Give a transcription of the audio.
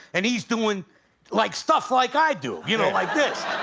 and he's doing like stuff like i do, you know like this.